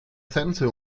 sense